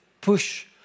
push